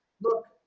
Look